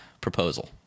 proposal